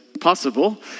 possible